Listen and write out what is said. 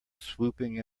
swooping